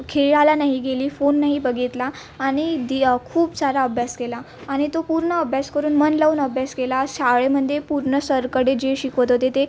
खेळाला नाही गेली फोन नाही बघितला आणि दि खूप सारा अभ्यास केला आणि तो पूर्ण अभ्यास करून मन लावून अभ्यास केला शाळेमध्ये पूर्ण सरकडे जे शिकवत होते ते